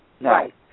Right